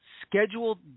Scheduled